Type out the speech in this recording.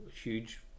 huge